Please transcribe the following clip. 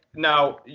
now,